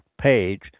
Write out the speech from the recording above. page